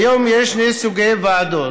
כיום יש שני סוגי ועדות